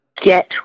Get